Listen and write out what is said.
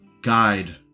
guide